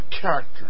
character